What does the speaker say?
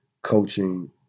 coaching